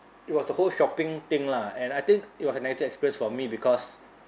it was the whole shopping thing lah and I think it was a negative experience for me because